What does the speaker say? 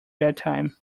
bedtime